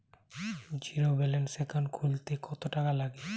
Zero balance account খুলতে কত টাকা লাগে?